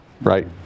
Right